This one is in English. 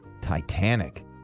Titanic